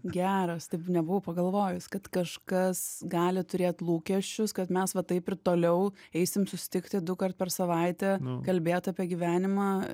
geras taip nebuvau pagalvojus kad kažkas gali turėt lūkesčius kad mes va taip ir toliau eisim susitikti dukart per savaitę kalbėt apie gyvenimą